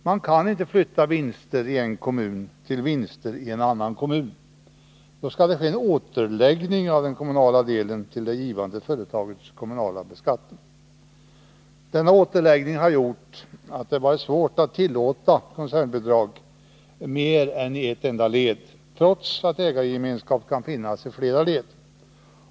Man kan inte flytta vinster i en kommun till vinst i en annan kommun. Då skall det ske en återläggning, dvs. en beskattning av bidraget i givarens kommun. Denna återläggning har gjort att det varit svårt att tillåta koncernbidrag i mer än ett led, trots att ägargemenskap kan finnas i flera led.